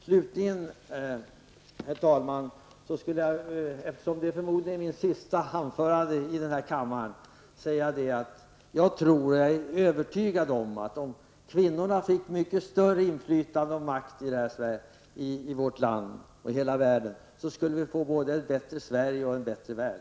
Slutligen skulle jag vilja säga, eftersom det förmodligen är mitt sista anförande i den här kammaren, att jag är övertygad om att om kvinnorna fick mycket större inflytande och makt i vårt land och i hela världen skulle vi få ett bättre Sverige och en bättre värld.